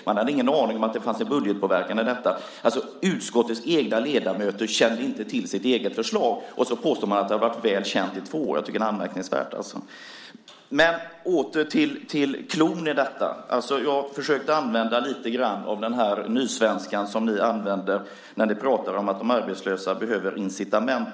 De hade ingen aning om att det fanns en budgetpåverkan i detta. Utskottets egna ledamöter kände inte till sitt eget förslag, och så påstår man att det har varit väl känt i två år. Jag tycker att det är anmärkningsvärt. Jag återgår till cloun i detta. Jag försökte använda lite grann av den nysvenska som ni använder när ni pratar om att de arbetslösa behöver incitament.